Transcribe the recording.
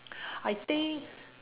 I think